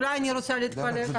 אולי אני רוצה להתפלג?